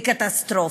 לקטסטרופה.